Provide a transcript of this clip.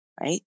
right